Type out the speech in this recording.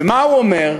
ומה הוא אומר,